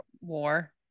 war